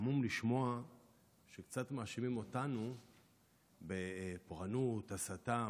המום לשמוע שקצת מאשימים אותנו בכוחנות, הסתה,